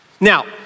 Now